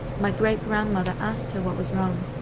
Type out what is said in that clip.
my great-grandmother asked her what was wrong.